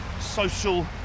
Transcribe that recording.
social